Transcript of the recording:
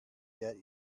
get